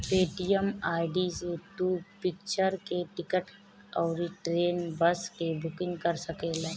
Paytm ID से तू picture के टिकट अउरी ट्रेन, बस के बुकिंग कर सकेला